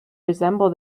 resemble